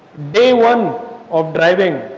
day one of driving,